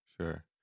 sure